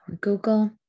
Google